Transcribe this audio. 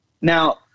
Now